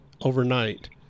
overnight